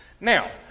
Now